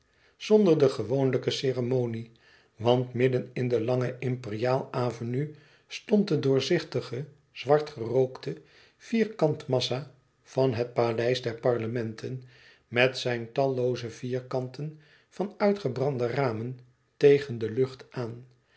zonder de gewoonlijke ceremonie want midden in de lange imperiaal avenue stond de doorzichtige zwart gerookte vierkantmassa van het paleis der parlementen met zijn tallooze vierkanten van uitgebrande ramen tegen de lucht aan